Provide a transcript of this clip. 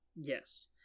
Yes